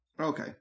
Okay